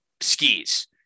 skis